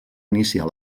iniciar